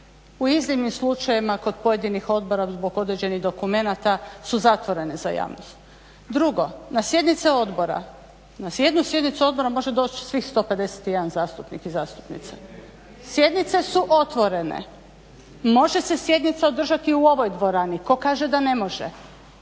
U iznimnim slučajevima kod pojedinih odbora zbog određenih dokumenata su zatvorene za javnost. Drugo, na sjednice odbora, na jednu sjednicu odbora može doći svih 151 zastupnik i zastupnice. Sjednice su otvorene. Može se sjednica održati u ovoj dvorani. Tko kaže da ne može?